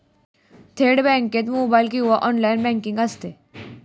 थेट बँकेत मोबाइल किंवा ऑनलाइन बँकिंग असते